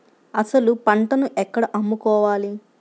అసలు పంటను ఎక్కడ అమ్ముకోవాలి?